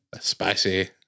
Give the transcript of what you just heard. Spicy